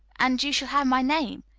and you shall have my name.